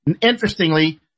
Interestingly